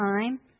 time